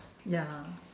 ya